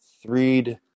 three